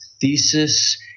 thesis